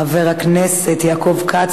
חבר הכנסת יעקב כץ,